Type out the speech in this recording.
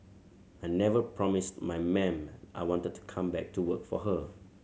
I never promised my ma'am I wanted to come back to work for her